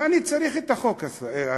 מה אני צריך את החוק הזה?